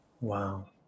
Wow